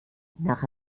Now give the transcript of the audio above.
nach